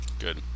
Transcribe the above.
good